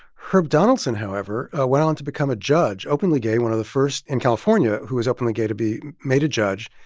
herb donaldson, however, went on to become a judge openly gay one of the first in california who was openly gay to be made a judge.